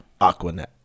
Aquanet